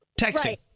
texting